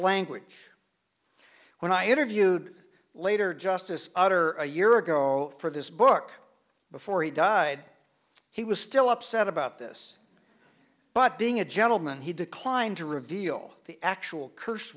language when i interviewed later justice souter a year ago for this book before he died he was still upset about this but being a gentleman he declined to reveal the actual curse